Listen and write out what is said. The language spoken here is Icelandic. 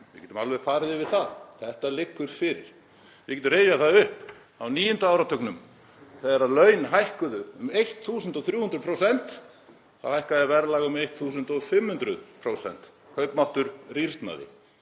Við getum alveg farið yfir það. Þetta liggur fyrir. Við getum rifjað það upp á níunda áratugnum þegar laun hækkuðu um 1.300%. Þá hækkaði verðlag um 1.500%, kaupmáttur rýrnaði,